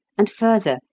and further,